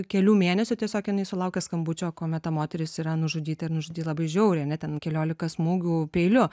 kelių mėnesių tiesiog jinai sulaukė skambučio kuomet ta moteris yra nužudyta ir nužudyta labai žiauriai ten keliolika smūgių peiliu